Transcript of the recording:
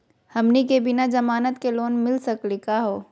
हमनी के बिना जमानत के लोन मिली सकली क हो?